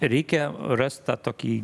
reikia rast tą tokį